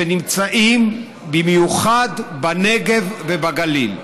שנמצאות במיוחד בנגב ובגליל.